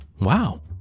Wow